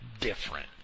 different